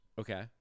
Okay